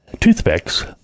toothpicks